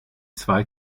zwei